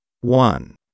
one